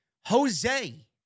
Jose